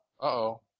Uh-oh